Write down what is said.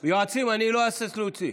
יועצים, אני לא אהסס להוציא.